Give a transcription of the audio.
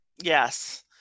Yes